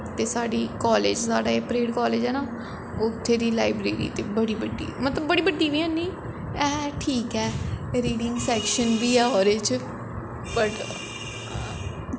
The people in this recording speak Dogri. ते साढ़ी कालेज़ साढ़ै परेड कालेज ऐ ना उत्थें दी लाईब्रेरी ते बड़ी बड्डी मतलब बड़ी बड्डी बी हैनी ऐ ठीक ऐ रीडिंग सैक्शन बी ऐ ओह्दे च बट